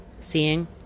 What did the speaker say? seeing